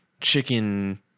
chicken